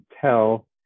tell